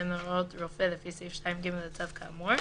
בהתאם להוראת רופא לפי סעיף 2(ג) לצו כאמור,